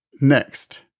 Next